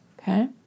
okay